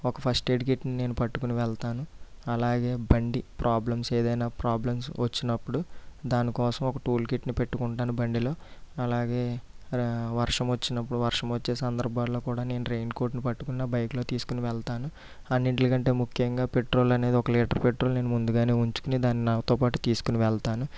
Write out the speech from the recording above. ఒక ఫస్ట్ఎయిడ్ కిడ్ని నేను పట్టుకుని వెళ్తాను అలాగే బండి ప్రాబ్లమ్స్ ఏదైనా ప్రాబ్లమ్స్ వచ్చినప్పుడు దానికోసం ఒక టూల్ కిట్ని పెట్టుకుంటాను బండిలో అలాగే రే వర్షం వచ్చినప్పుడు వర్షం వచ్చే సందర్భాల్లో కూడా నేను రైన్కోర్టును పట్టుకున్న బైక్లో తీసుకుని వెళ్తాను అన్నిట్లకంటే ముఖ్యంగా పెట్రోల్ అనేది ఒక లీటర్ పెట్రోల్ నేను ముందుగానే ఉంచుకుని దాన్ని నాతోపాటు తీసుకుని వెళ్తాను